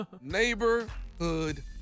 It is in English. Neighborhood